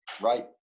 right